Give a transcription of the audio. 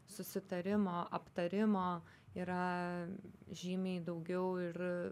susitarimo aptarimo yra žymiai daugiau ir